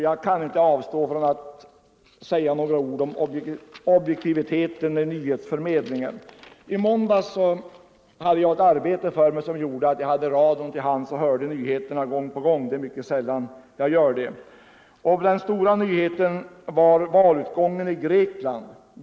Jag kan inte avstå från att säga några ord om objektiviteten i nyhetsförmedlingen. I måndags hade jag ett arbete som gjorde att jag hade radion till hands och hörde nyheterna gång på gång — det är mycket sällan jag gör det. Den stora nyheten var valutgången i Grekland.